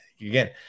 again